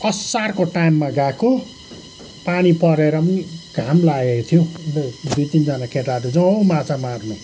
असारको टाइममा गएको पानी परेर पनि घाम लागेको थियो दुई तिनजना केटाहरू जाउँ हौ माछा मार्नु